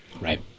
Right